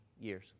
years